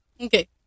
Okay